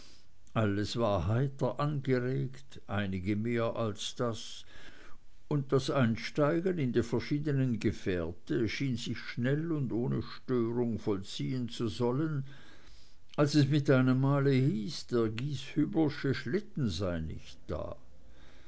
alles war heiter angeregt einige mehr als das und das einsteigen in die verschiedenen gefährte schien sich schnell und ohne störung vollziehen zu sollen als es mit einemmal hieß der gieshüblersche schlitten sei nicht da